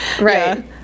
Right